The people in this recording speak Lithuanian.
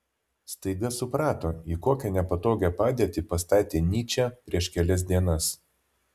staiga suprato į kokią nepatogią padėtį pastatė nyčę prieš kelias dienas